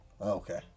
okay